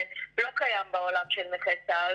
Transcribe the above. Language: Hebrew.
ולא קיים בעולם של נכי צה"ל.